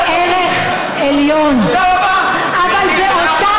חזקת החפות היא ערך עליון, אבל באותה